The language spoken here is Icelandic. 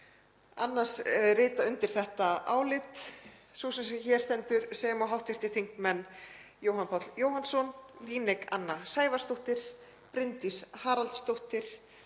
Annars rita undir þetta álit sú sem hér stendur og hv. þingmenn Jóhann Páll Jóhannsson, Líneik Anna Sævarsdóttir, Bryndís Haraldsdóttir,